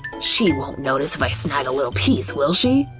she won't notice if i snag a little piece, will she?